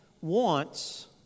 Wants